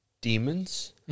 demons